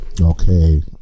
Okay